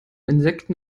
insekten